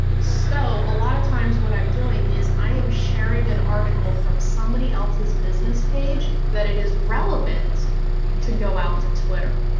so a lot of times what i'm doing is i am sharing an article from somebody else's business page that it is relevant to go out to twitter.